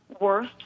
worth